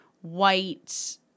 white